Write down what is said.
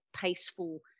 peaceful